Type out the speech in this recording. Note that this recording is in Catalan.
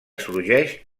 sorgeix